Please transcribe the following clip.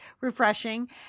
refreshing